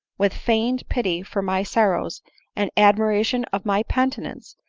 with feigned fity for my sorrows and admiration of my penitence,